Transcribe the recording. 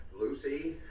Lucy